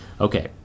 Okay